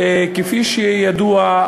כפי שידוע,